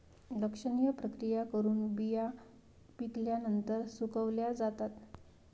लक्षणीय प्रक्रिया करून बिया पिकल्यानंतर सुकवल्या जातात